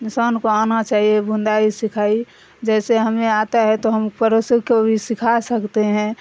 انسان کو آنا چاہیے بندائی سکھائی جیسے ہمیں آتا ہے تو ہم پڑوسیوں کو بھی سکھا سکتے ہیں